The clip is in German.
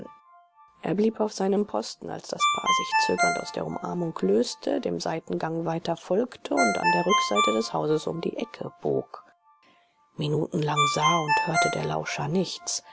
er blieb auf seinem posten als das paar sich zögernd aus der umarmung löste dem seitengang weiter folgte und an der rückseite des hauses um die ecke bog minutenlang sah und hörte der lauscher nichts